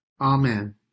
Amen